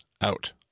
out